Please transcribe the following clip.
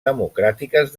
democràtiques